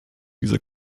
dieser